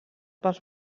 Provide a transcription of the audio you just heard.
pels